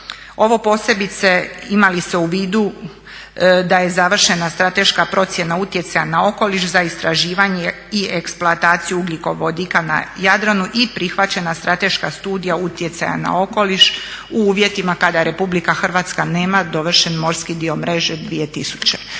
Ovo posebice ima li se u vidu da je završena strateška procjena utjecaja na okoliš za istraživanje i eksploataciju ugljikovodika na Jadranu i prihvaćena strateška studija utjecaja na okoliš u uvjetima kada RH nema dovršen morski dio mreže dvije